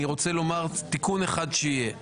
אני רוצה לומר תיקון אחד שיהיה.